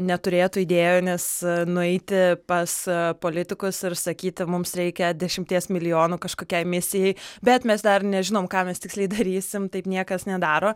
neturėtų idėjų nes nueiti pas politikus ir sakyti mums reikia dešimties milijonų kažkokiai misijai bet mes dar nežinom ką mes tiksliai darysim taip niekas nedaro